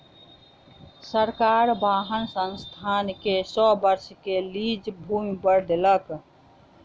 सरकार वाहन संस्थान के सौ वर्ष के लीज भूमि पर देलक